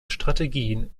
strategien